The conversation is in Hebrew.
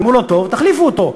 אם הוא לא טוב, תחליפו אותו.